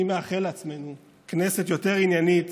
אני מאחל לעצמנו כנסת יותר עניינית